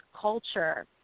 culture